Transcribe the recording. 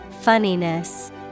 Funniness